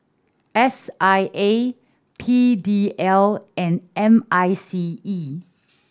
S I A P D L and M I C E